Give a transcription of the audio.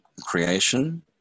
creation